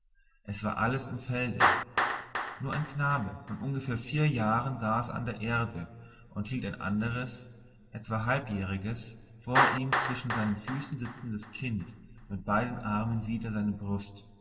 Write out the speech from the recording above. es war alles im felde nur ein knabe von ungefähr vier jahren saß an der erde und hielt ein anderes etwa halbjähriges vor ihm zwischen seinen füßen sitzendes kind mit beiden armen wider seine brust